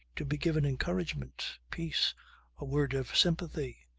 to be given encouragement, peace a word of sympathy.